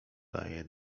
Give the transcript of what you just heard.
daje